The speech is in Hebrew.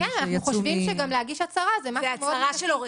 שגם זה משהו שצריך לעקוב